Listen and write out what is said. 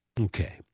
Okay